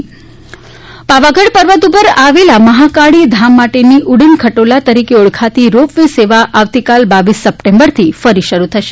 Pavagadh ropeway Pavagadh પર્વત ઉપર આવેલા મહાકાળી ધામ માટેની ઊડન ખટોલા તરીકે ઓળખાતી રોપ વે સેવા આવતીકાલ બાવીસ સપ્ટેમ્બરથી ફરી શરૂ થશે